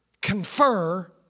confer